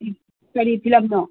ꯀꯔꯤ ꯐꯤꯂꯝꯅꯣ